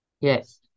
Yes